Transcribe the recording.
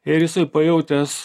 ir jisai pajautęs